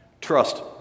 Trust